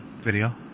video